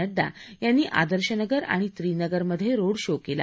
नड्डा यांनी आदर्श नगर आणि त्रिनगर मध्ये रोड शो केला